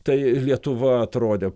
tai lietuva atrodė